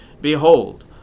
Behold